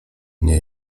nie